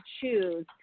choose